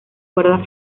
cuerda